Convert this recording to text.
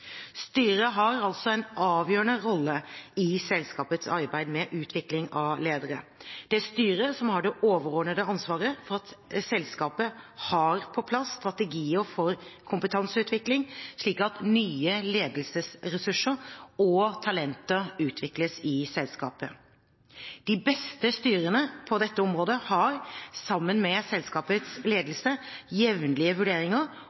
Styret har altså en avgjørende rolle i selskapets arbeid med utvikling av ledere. Det er styret som har det overordnede ansvaret for at selskapet har på plass strategier for kompetanseutvikling, slik at nye ledelsesressurser og talenter utvikles i selskapet. De beste styrene på dette området har, sammen med selskapets ledelse, jevnlige vurderinger